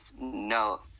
no